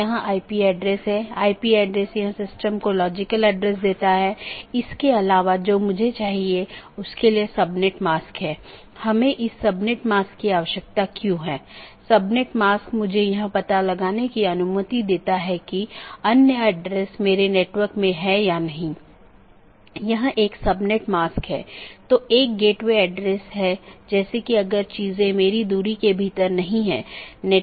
यदि हम पूरे इंटरनेट या नेटवर्क के नेटवर्क को देखते हैं तो किसी भी सूचना को आगे बढ़ाने के लिए या किसी एक सिस्टम या एक नेटवर्क से दूसरे नेटवर्क पर भेजने के लिए इसे कई नेटवर्क और ऑटॉनमस सिस्टमों से गुजरना होगा